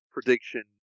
Prediction